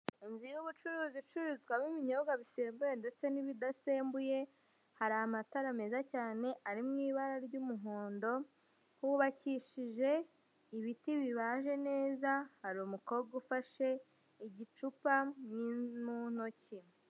Inzu y'ubucuruzi icururizwamo ibinyobwa bisembuye ndetse n'ibidasembuye, hari amatara meza cyane ari mu ibara ry'umuhondo, hubakishije ibiti bibaje neza hari, umukobwa ufashe igicupa mu ntoki.